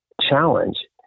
challenge